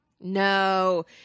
No